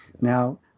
Now